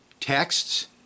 texts